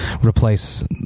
replace